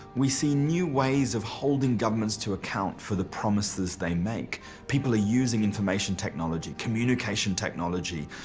we see new ways of holding governments to account for the promises they make people are using information technology, communication technology,